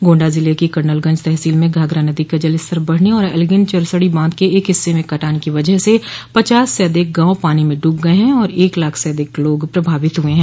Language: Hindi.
गोण्डा जिले की कर्नलगंज तहसील में घाघरा नदी का जलस्तर बढ़ने और एल्गिन चरसड़ी बांध के एक हिस्से में कटान की वजह स पचास से अधिक गांव पानी में डूब गये हैं और एक लाख से अधिक लोग प्रभावित हुए है